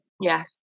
Yes